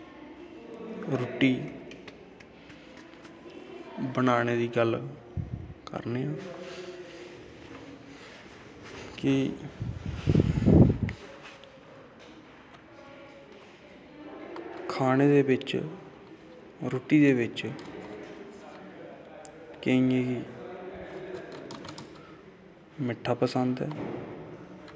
रुट्टी बनाने दी गल्ल करने आं कि खाने दे बिच्च रुट्टी दे बिच्च केइयें गी मिट्ठा पसंद ऐ